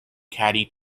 katy